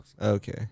Okay